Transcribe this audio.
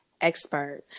expert